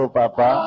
papa